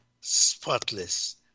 spotless